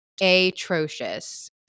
atrocious